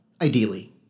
Ideally